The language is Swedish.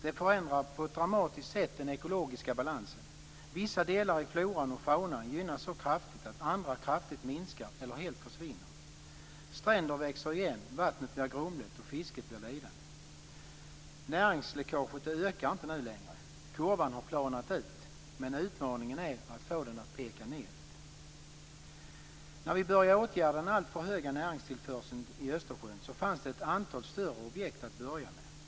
Det förändrar på ett dramatiskt sätt den ekologiska balansen. Vissa delar i floran och faunan gynnas så kraftigt att andra kraftigt minskar eller helt försvinner. Stränder växer igen, vattnet blir grumligt och fisket blir lidande. Näringsläckaget ökar inte längre. Kurvan har planat ut, men utmaningen är att få den att peka nedåt. När vi började åtgärda den alltför höga näringstillförseln i Östersjön fanns det ett antal större objekt att börja med.